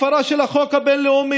הפרה של החוק הבין-לאומי,